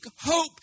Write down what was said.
hope